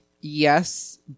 yes